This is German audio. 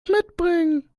mitbringen